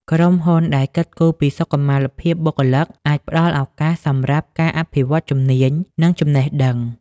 ក្រុមហ៊ុនដែលគិតគូរពីសុខុមាលភាពបុគ្គលិក អាចផ្ដល់ឱកាសសម្រាប់ការអភិវឌ្ឍន៍ជំនាញ និងចំណេះដឹង។